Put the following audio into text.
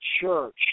church